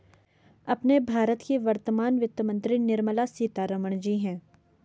अपने भारत की वर्तमान वित्त मंत्री निर्मला सीतारमण जी हैं